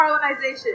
colonization